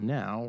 now